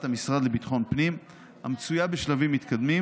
המשרד לביטחון הפנים המצויה בשלבים מתקדמים,